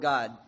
God